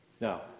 Now